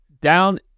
Down